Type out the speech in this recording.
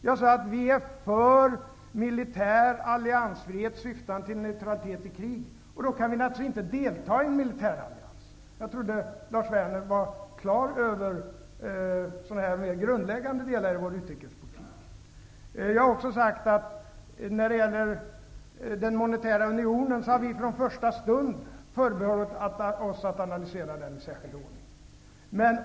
Jag sade att vi är för militär alliansfrihet syftande till neutralitet i krig. Då kan vi naturligtvis inte delta i en militärallians. Jag trodde att Lars Werner var klar över sådana mera grundläggande delar i vår utrikespolitik. Jag har också sagt att vi när det gäller den monetära unionen från första stund har förbehållit oss att analysera den i särskild ordning.